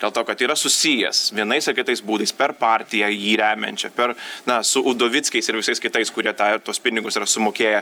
dėl to kad yra susijęs vienais ar kitais būdais per partiją jį remiančią per na su udovickiais ir visais kitais kurie tą ir tuos pinigus yra sumokėję